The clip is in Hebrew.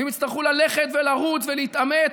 והם יצטרכו ללכת ולרוץ ולהתעמת.